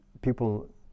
people